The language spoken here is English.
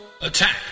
Attack